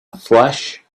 flash